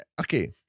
Okay